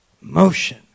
Motion